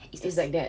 it's like that